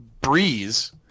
Breeze